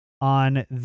on